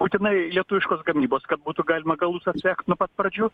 būtinai lietuviškos gamybos kad būtų galima galus atsekt nuo pat pradžių